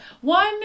One